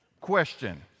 question